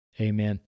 Amen